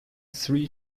three